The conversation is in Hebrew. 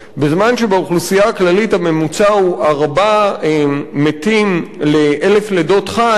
בזמן שבאוכלוסייה הכללית הממוצע הוא ארבעה מתים ל-1,000 לידות חי,